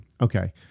Okay